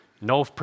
No